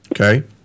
Okay